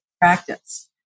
practice